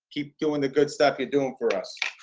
keep doing the good stuff you're doing for us.